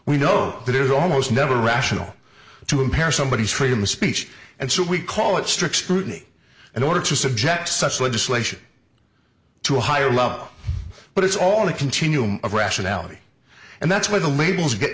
we know that it is almost never rational to impair somebody's freedom of speech and so we call it strict scrutiny in order to subjects such legislation to a higher level but it's all a continuum of rationality and that's where the labels get